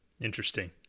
Interesting